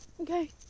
Okay